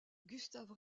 gustave